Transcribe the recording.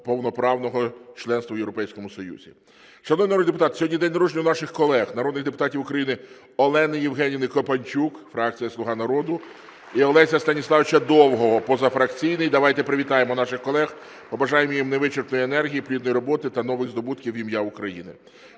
повноправного членства в Європейському Союзі. Шановні народні депутати, сьогодні день народження у наших колег народних депутатів України Олени Євгенівни Копанчук, фракція "Слуга народу", і Олеся Станіславовича Довгого, позафракційний. (Оплески) Давайте привітаємо наших колег, побажаємо їм невичерпної енергії, плідної роботи та нових здобутків в ім'я України.